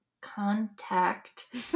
contact